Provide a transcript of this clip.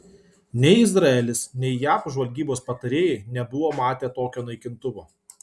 nei izraelis nei jav žvalgybos patarėjai nebuvo matę tokio naikintuvo